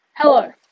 Hello